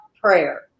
prayer